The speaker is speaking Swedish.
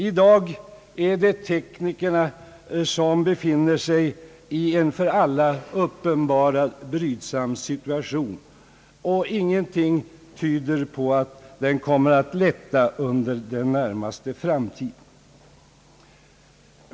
I dag är det teknikerna som befinner sig i en för alla uppenbarad, brydsam situation, och ingenting tyder på att den kommer att lätta under den närmaste framtiden.